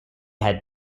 had